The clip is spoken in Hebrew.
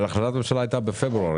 אבל החלטת הממשלה הייתה בפברואר,